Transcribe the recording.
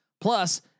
Plus